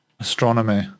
Astronomy